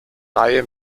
reihe